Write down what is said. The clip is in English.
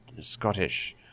Scottish